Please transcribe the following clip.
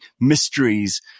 mysteries